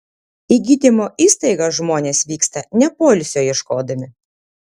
į gydymo įstaigas žmonės vyksta ne poilsio ieškodami